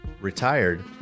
retired